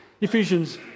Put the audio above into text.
Ephesians